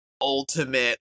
ultimate